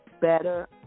better